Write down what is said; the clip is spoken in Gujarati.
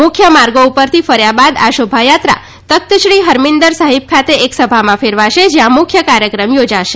મુખ્ય માર્ગો પરથી ફર્યા બાદ આ શોભાયાત્રા તખ્ત શ્રી હરમીન્દર સાહિબ ખાતે એક સભામાં ફેરવાશે જ્યાં મુખ્ય કાર્યક્રમ યોજાશે